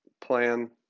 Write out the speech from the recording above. plan